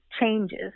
changes